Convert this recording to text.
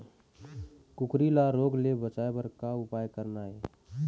कुकरी ला रोग ले बचाए बर का उपाय करना ये?